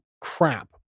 crap